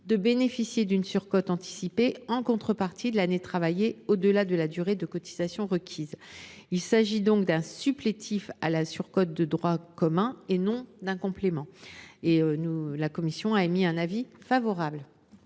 de bénéficier d’une surcote anticipée, en contrepartie de l’année travaillée au delà de la durée de cotisation requise. Il s’agit donc d’un supplétif à la surcote de droit commun et non d’un complément. La commission émet un avis favorable.